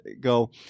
go